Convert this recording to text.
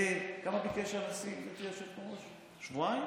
כמה ביקש הנשיא, גברתי היושבת בראש, שבועיים?